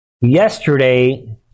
Yesterday